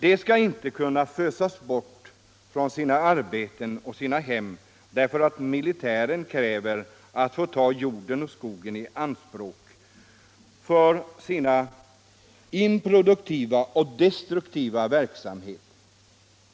De skall inte kunna fösas bort från sina arbeten och sina hem därför att militären kräver att få ta jorden och skogen i anspråk för sin improduktiva och destruktiva verksamhet.